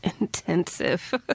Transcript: intensive